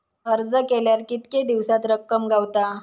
अर्ज केल्यार कीतके दिवसात रक्कम गावता?